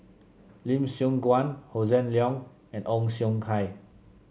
Lim Siong Guan Hossan Leong and Ong Siong Kai